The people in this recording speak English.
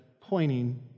pointing